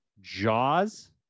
Jaws